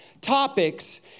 topics